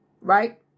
right